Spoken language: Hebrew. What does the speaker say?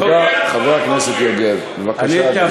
בסדר, אבל אתה כבר מפריע לשלושה דוברים ברציפות.